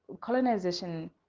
colonization